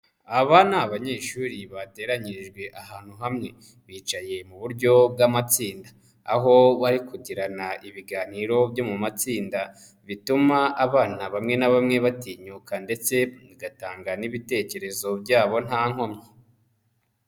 Aba ni abanyeshuri bateranyirijwe ahantu hamwe, bicaye mu buryo bw'amatsinda, aho bari kugirana ibiganiro byo mu matsinda, bituma abana bamwe na bamwe batinyuka ndetse bagatanga n'ibitekerezo byabo nta nkomyi.